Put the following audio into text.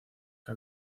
que